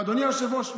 ואדוני היושב-ראש,